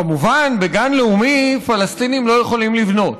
כמובן, בגן לאומי פלסטינים לא יכולים לבנות,